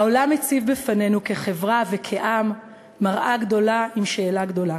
העולם הציב בפנינו כחברה וכעם מראה גדולה עם שאלה גדולה.